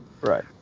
right